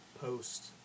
post